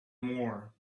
more